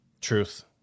Truth